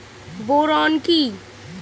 Boron কি?